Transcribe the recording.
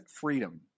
freedom